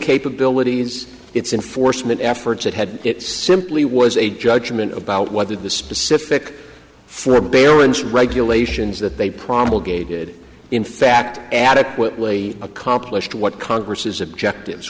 capabilities it's in foresman efforts that had it simply was a judgment about whether the specific for regulations that they promulgated in fact adequately accomplished what congress is objectives